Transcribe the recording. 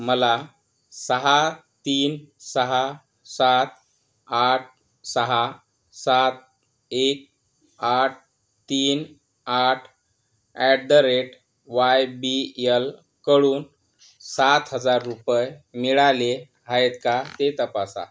मला सहा तीन सहा सात आठ सहा सात एक आठ तीन आठ at the rate Y B येलकडून सात हजार रुपये मिळाले आहेत का ते तपासा